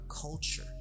culture